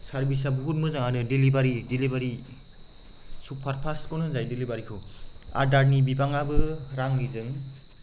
सार्भिसा बुहुद मोजाङानो delivery delivery super फास्टखौनो होनजायो डिलिभारिखौ आदारनि बिबाङाबो रांनिजों